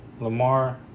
Lamar